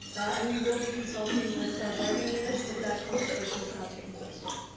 and we will be consulting with our bargaining units but that consultation has not taken place yet.